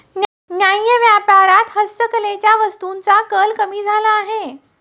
न्याय्य व्यापारात हस्तकलेच्या वस्तूंचा कल कमी झाला आहे